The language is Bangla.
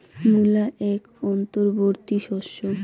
মূলা এক অন্তবর্তী শস্য